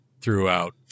throughout